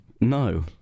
No